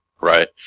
right